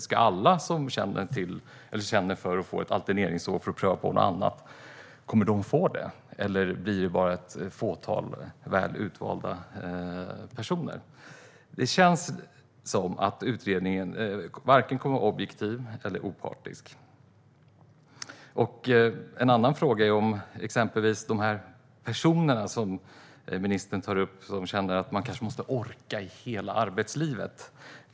Ska alla som känner för att få ett alterneringsår för att pröva på något annat få det, eller blir det bara ett fåtal väl valda personer? Det känns inte som att utredningen kommer att vara vare sig objektiv eller opartisk. En annan fråga är också hur man ska kunna ersätta de personer ministern tar upp - de som känner att de kanske måste orka hela arbetslivet.